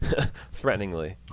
threateningly